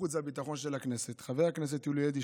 החוץ והביטחון של הכנסת חבר הכנסת יולי אדלשטיין,